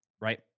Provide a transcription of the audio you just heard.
right